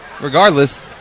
regardless